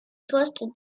poste